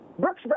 Brooks